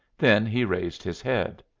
then he raised his head.